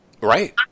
Right